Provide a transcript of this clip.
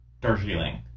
Darjeeling